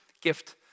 gift